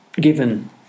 given